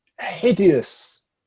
hideous